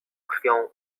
krwią